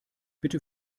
bitte